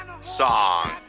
song